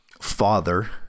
father